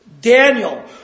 Daniel